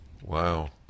Wow